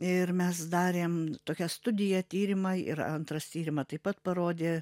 ir mes darėm tokią studiją tyrimą ir antras tyrimą taip pat parodė